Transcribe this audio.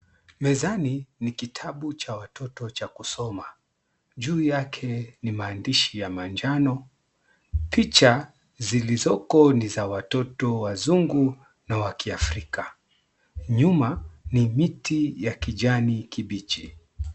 Mezani, ni kitabu cha watoto cha kusoma. Juu yake ni maandishi ya manjano. Picha zilizoko ni za watoto wazungu na wa kiafrika. Nyuma ni miti ya kijani kibichi.